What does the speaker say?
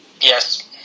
Yes